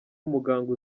umuganga